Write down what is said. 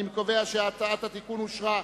אני קובע שהצעת התיקון אושרה.